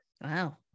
Wow